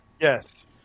Yes